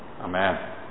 amen